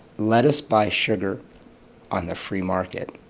let us buy sugar on the free market.